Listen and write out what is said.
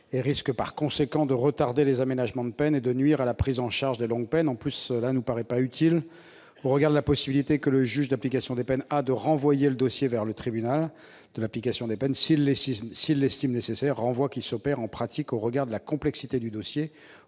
et risque par conséquent de retarder les aménagements de peine et de nuire à la prise en charge des longues peines. En outre, cela ne paraît pas utile au regard de la possibilité que le juge d'application des peines a de renvoyer le dossier vers le tribunal de l'application des peines s'il l'estime nécessaire, renvoi qui s'opère en pratique au regard de la complexité du dossier